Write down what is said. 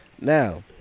Now